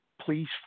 Please